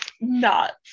nuts